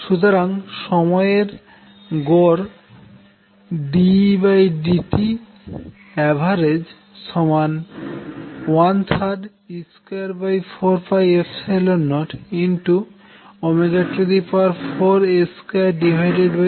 সুতরাং সময়ের গড় dEdtav 13e2404A2C3